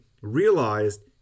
realized